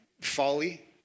folly